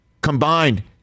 combined